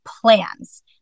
plans